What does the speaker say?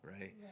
Right